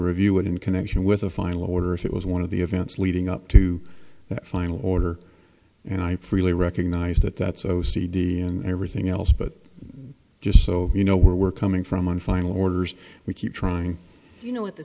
review it in connection with a final order if it was one of the events leading up to that final order and i freely recognize that that's o c d and everything else but just so you know where we're coming from and final orders we keep trying you know what the